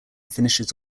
finishes